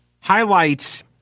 highlights